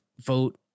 vote